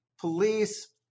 Police